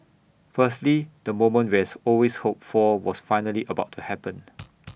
firstly the moment we has always hoped for was finally about to happened